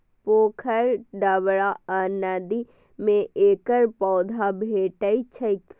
पोखरि, डबरा आ नदी मे एकर पौधा भेटै छैक